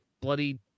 bloody